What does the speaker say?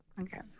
Okay